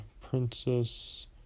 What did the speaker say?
Princess